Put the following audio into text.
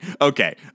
Okay